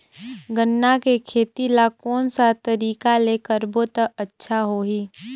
गन्ना के खेती ला कोन सा तरीका ले करबो त अच्छा होही?